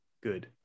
good